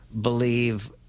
believe